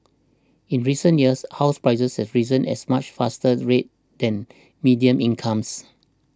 in recent years house prices have risen as much faster rate than median incomes